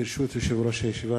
ברשות יושב-ראש הישיבה,